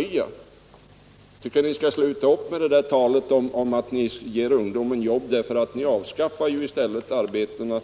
Jag tycker att ni skall sluta med talet om att ni ger ungdomen jobb, för såvitt jag förstår avskaffar ni i stället arbeten